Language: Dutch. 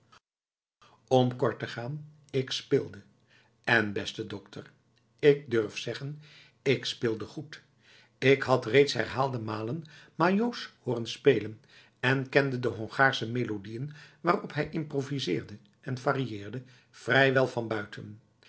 om kort te gaan ik speelde en beste dokter ik durf zeggen ik speelde goed ik had reeds herhaalde malen majôsz hooren spelen en kende de hongaarsche melodieën waarop hij improviseerde en varieerde vrij wel van buiten